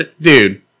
Dude